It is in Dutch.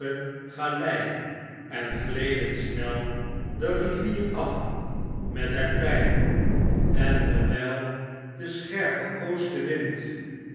galei en gleden snel de rivier af met het ty en terwyl de scherpe oostenvrind